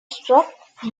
struck